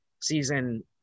season